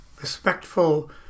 respectful